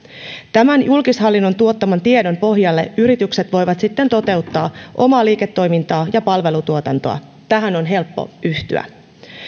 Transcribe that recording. tämän julkishallinnon tuottaman tiedon pohjalle yritykset voivat sitten toteuttaa omaa liiketoimintaa ja palvelutuotantoa tähän on helppo yhtyä